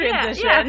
transition